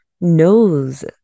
knows